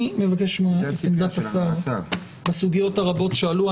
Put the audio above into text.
אני מבקש את עמדת השר לסוגיות הרבות שעלו.